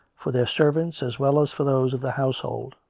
for their servants as well as for those of the hoiisehold.